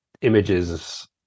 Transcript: images